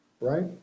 right